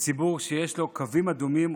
כציבור שיש לו קווים אדומים,